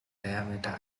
diameter